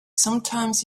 sometimes